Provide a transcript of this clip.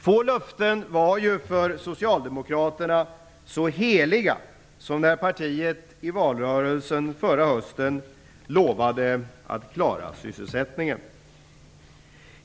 Få löften var ju för Socialdemokraterna så heliga som när partiet i valrörelsen förra hösten lovade att klara sysselsättningen.